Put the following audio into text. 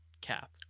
cap